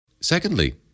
Secondly